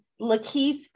lakeith